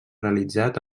realitzat